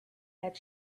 had